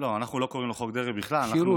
לא, אנחנו לא קוראים לו חוק דרעי בכלל -- כשירות.